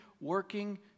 working